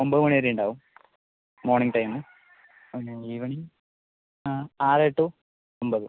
ഒമ്പത് മണി വരെ ഉണ്ടാവും മോർണിംഗ് ടൈം ഈവനിംഗ് ആ ആ ആറ് ടു ഒമ്പത്